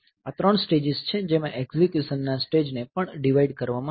આ ત્રણ સ્ટેજીસ છે જેમાં એક્ઝીક્યુશનના સ્ટેજને પણ ડિવાઈડ કરવામાં આવે છે